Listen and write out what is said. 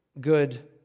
good